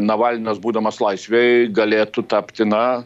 navalnas būdamas laisvėj galėtų tapti na